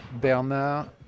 Bernard